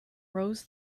rows